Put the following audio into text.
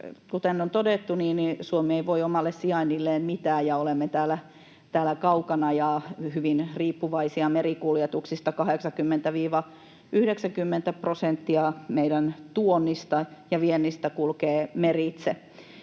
Kuten on todettu, Suomi ei voi omalle sijainnilleen mitään ja olemme täällä kaukana ja hyvin riippuvaisia merikuljetuksista: 80—90 prosenttia meidän tuonnista ja viennistä kulkee meritse,